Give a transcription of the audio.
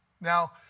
Now